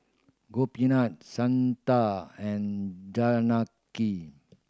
Gopinath Santha and